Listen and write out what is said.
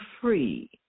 free